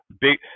Big